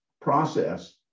process